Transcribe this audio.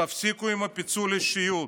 תפסיקו עם פיצול האישיות.